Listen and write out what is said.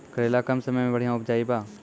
करेला कम समय मे बढ़िया उपजाई बा?